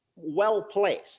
well-placed